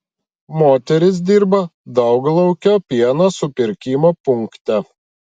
moteris dirba dauglaukio pieno supirkimo punkte